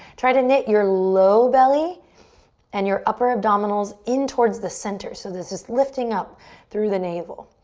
try to knit your low belly and your upper abdominals in towards the center. so this is lifting up through the navel.